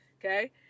okay